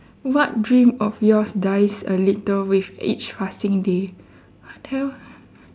what dream of yours dies a little with each passing day what the hell